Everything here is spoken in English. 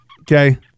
okay